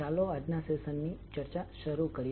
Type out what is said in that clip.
ચાલો તે વિષય વિશેની આપણી ચર્ચા શરૂ કરીએ